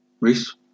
Reese